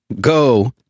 go